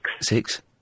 Six